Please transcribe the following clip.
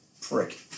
prick